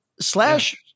slash